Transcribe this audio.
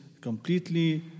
completely